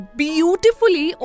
beautifully